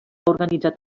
organitzat